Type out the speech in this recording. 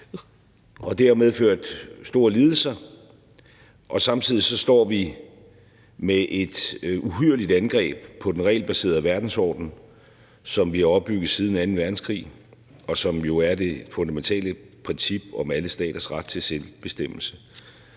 det har medført store lidelser. Samtidig står vi med et uhyrligt angreb på den regelbaserede verdensorden, som vi har opbygget siden anden verdenskrig, og som jo handler om det fundamentale princip om alle staters ret til selvbestemmelse.